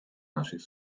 naszych